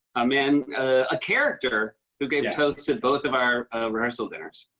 a man a character who gave toasts at both of our rehearsal dinners.